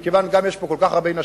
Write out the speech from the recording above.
גם מכיוון שיש פה כל כך הרבה נשים.